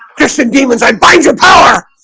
justin demons, i'm by the power